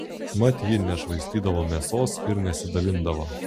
mat ji nešvaistydavo mėsos ir nesidalindavo